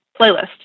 playlist